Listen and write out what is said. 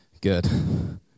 Good